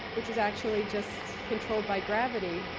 which is actually just controlled by gravity.